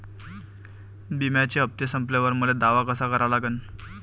बिम्याचे हप्ते संपल्यावर मले दावा कसा करा लागन?